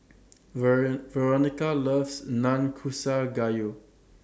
wearing Veronica loves Nanakusa Gayu